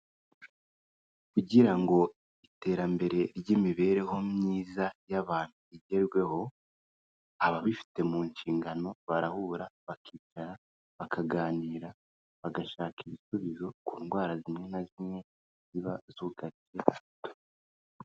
Kugira ngo iterambere ry'imibereho myiza y'abantu rigerweho, ababifite mu nshingano barahura bakicara bakaganira, bagashaka ibisubizo ku ndwara zimwe na zimwe ziba zugarije isi.